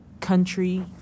country